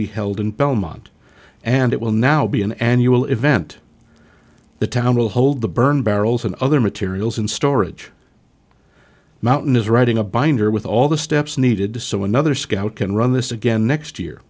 belmont and it will now be an annual event the town will hold the burn barrels and other materials in storage mountain is writing a binder with all the steps needed to so another scout can run this again next year